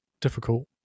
difficult